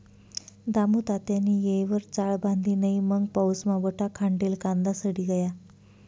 दामुतात्यानी येयवर चाळ बांधी नै मंग पाऊसमा बठा खांडेल कांदा सडी गया